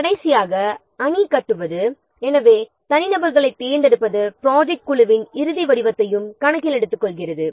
பின்னர் கடைசியாக வருவது டீம் பில்டிங் ஆகும் எனவே தனிநபர்களைத் தேர்ந்தெடுப்பது ப்ராஜெக்ட் குழுவின் இறுதி வடிவத்தையும் கணக்கில் எடுத்துக்கொள்கிறது